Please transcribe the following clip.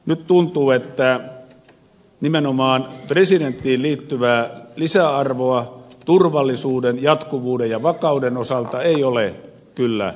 nyt tuntuu että nimenomaan presidenttiin liittyvää lisäarvoa turvallisuuden jatkuvuuden ja vakauden osalta ei ole kyllä arvostettu